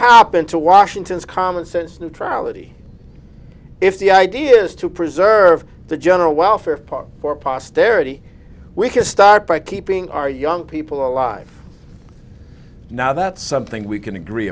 happened to washington's common sense neutrality if the idea is to preserve the general welfare part for posterity we can start by keeping our young people alive now that's something we can agree